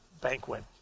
banquet